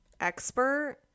expert